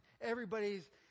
everybody's